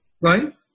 right